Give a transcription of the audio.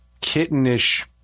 kittenish